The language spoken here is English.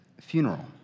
funeral